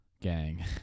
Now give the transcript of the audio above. Gang